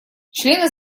члены